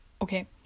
okay